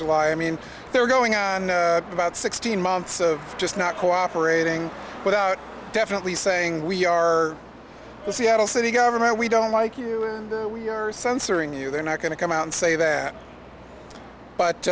july i mean they're going on about sixteen months of just not cooperating without definitely saying we are the seattle city government we don't like you we are censoring you they're not going to come out and say that but